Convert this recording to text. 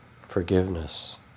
forgiveness